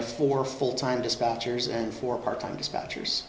have four full time dispatchers and four part time dispatchers